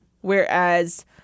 whereas